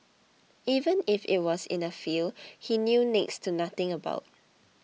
even if it was in a field he knew next to nothing about